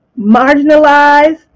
marginalized